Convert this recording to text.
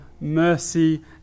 mercy